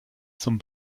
zum